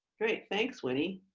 great. thanks, winnie.